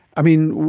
i mean,